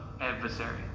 adversary